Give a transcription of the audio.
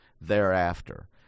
thereafter